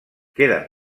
queden